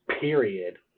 period